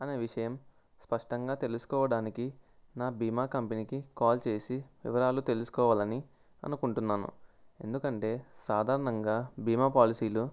అనే విషయం స్పష్టంగా తెలుసుకోవడానికి నా బీమా కంపెనీకి కాల్ చేసి వివరాలు తెలుసుకోవాలని అనుకుంటున్నాను ఎందుకంటే సాధారణంగా బీమా పాలసీలు